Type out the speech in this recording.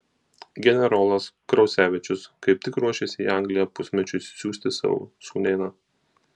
generolas kraucevičius kaip tik ruošėsi į angliją pusmečiui siųsti savo sūnėną